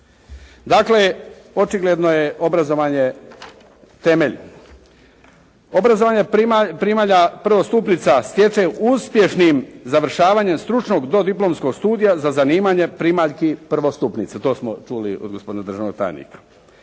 Dakle, očigledno je obrazovanje temelj. Obrazovanje primalja prvostupnica stječe uspješnim završavanjem stručnog dodiplomskog studija za zanimanje primaljki prvostupnice. To smo čuli od gospodina državnog tajnika.